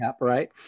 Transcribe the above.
Right